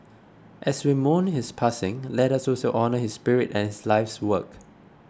as we mourn his passing let us also honour his spirit and his life's work